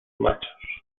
machos